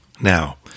Now